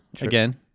Again